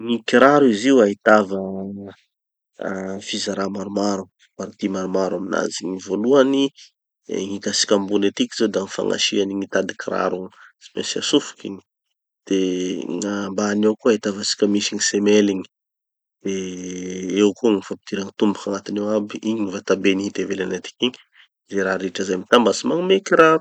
Gny kiraro izy io ahitava ah fizarà maromaro, parties maromaro aminazy. Gny voalohany, de gny hitatsika ambony etiky zao da gny fagnasia gny tady kiraro igny. Tsy maintsy hatsofoky igny. De gn'ambany ao koa ahitavatsika misy gny semelles igny. De eo koa gny fampidira tomboky agnatiny ao aby, igny vatabeny hita ivelany atiky igny. Ze raha rehetra zay mitambatsy magnome kiraro.